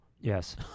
Yes